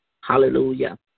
Hallelujah